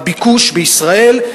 הביקוש בישראל,